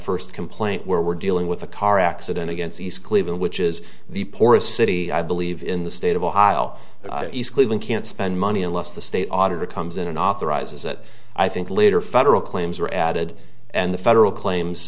first complaint we're dealing with a car accident against east cleveland which is the poorest city i believe in the state of ohio east cleveland can't spend money unless the state auditor comes in and authorizes it i think later federal claims are added and the federal claims